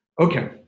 Okay